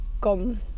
gone